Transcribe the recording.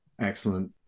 Excellent